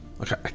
Okay